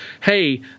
hey